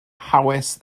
hawys